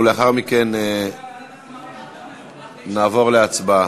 ולאחר מכן נעבור להצבעה.